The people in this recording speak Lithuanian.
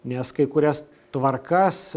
nes kai kurias tvarkas